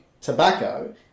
tobacco